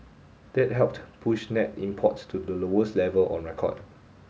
that helped push net imports to the lowest level on record